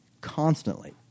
constantly